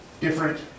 different